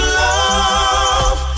love